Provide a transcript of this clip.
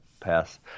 pass